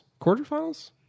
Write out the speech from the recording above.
Quarterfinals